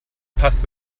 passt